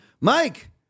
Mike